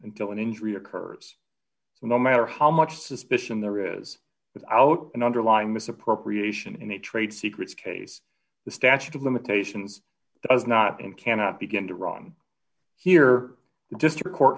until an injury occurs no matter how much suspicion there is without an underlying misappropriation in a trade secrets case the statute of limitations does not and cannot begin to run here just